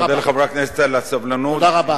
ומודה לחברי הכנסת על הסבלנות, תודה רבה.